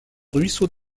ruisseaux